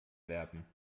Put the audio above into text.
werben